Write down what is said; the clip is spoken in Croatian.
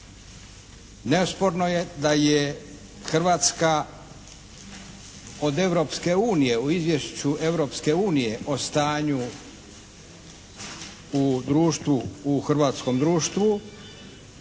Neosporno je da je Hrvatska od Europske unije u izvješću Europske unije o stanju u društvu,